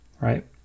right